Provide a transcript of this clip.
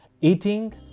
eating